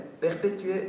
perpétuer